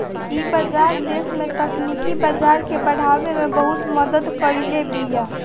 इ बाजार देस में तकनीकी बाजार के बढ़ावे में बहुते मदद कईले बिया